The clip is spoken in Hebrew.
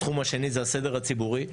התחום השני זה הסדר הציבורי,